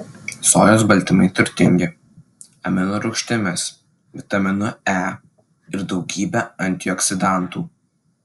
sojos baltymai turtingi aminorūgštimis vitaminu e ir daugybe antioksidantų